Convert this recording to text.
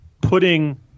putting